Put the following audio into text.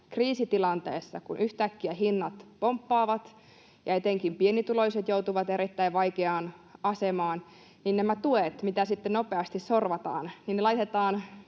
kriisitilanteessa, kun yhtäkkiä hinnat pomppaavat ja etenkin pienituloiset joutuvat erittäin vaikeaan asemaan, nämä tuet, mitä sitten nopeasti sorvataan, laitetaan